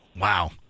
Wow